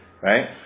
Right